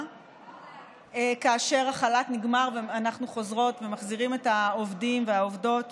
כאשר החל"ת נגמר ומחזירים את העובדים והעובדות